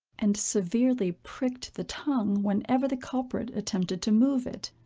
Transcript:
and severely pricked the tongue whenever the culprit attempted to move it.